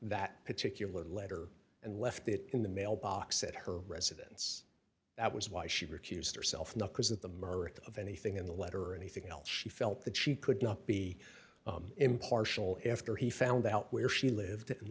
that particular letter and left it in the mailbox at her residence that was why she recused herself not because of the mirth of anything in the letter or anything else she felt that she could not be impartial after he found out where she lived